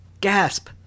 Gasp